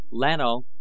Lano